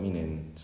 mm